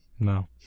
No